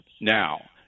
now